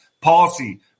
policy